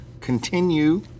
continue